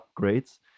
upgrades